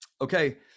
okay